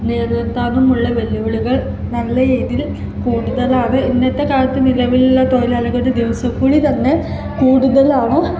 നിലനിർത്താനുമുള്ള വെല്ലുവിളികൾ ഞങ്ങളുടെ ഇതിൽ കൂടുതലാണ് ഇന്നത്തെ കാലത്ത് നിലവിലുള്ള തൊഴിലാളികളുടെ ദിവസക്കൂലി തന്നെ കൂടുതലാണ്